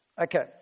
Okay